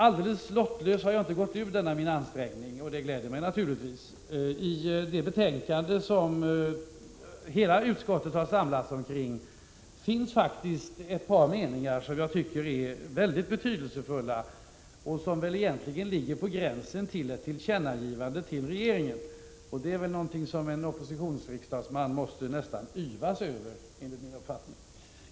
Alldeles lottlös har jag inte gått ur denna min ansträngning, och det gläder mig naturligtvis. I det betänkande som hela utskottet har samlats omkring finns det faktiskt ett par meningar som jag tycker är väldigt betydelsefulla och som egentligen ligger på gränsen till ett tillkännagivande till regeringen, och det är väl någonting som en oppositionsriksdagsman nästan måste yvas över.